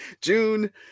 June